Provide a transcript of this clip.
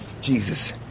Jesus